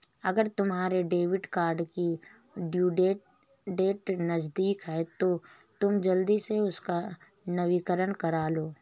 अगर तुम्हारे debit card की ड्यू डेट नज़दीक है तो तुम जल्दी से उसका नवीकरण करालो